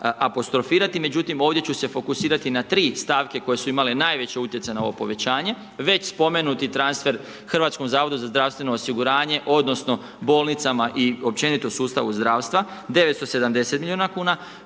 međutim ovdje ću se fokusirati na 3 stavke koje su imale najveći utjecaj na ovo povećanje, već spomenuti transfer HZZO-u odnosno bolnicama i općenito sustavu zdravstva 970 miliona kuna,